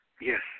Yes